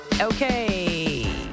Okay